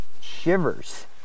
Shivers